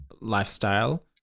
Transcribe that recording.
lifestyle